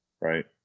right